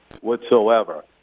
whatsoever